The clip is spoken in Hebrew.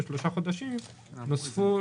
ושלושה חודשים נוספו